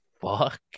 fuck